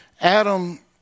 Adam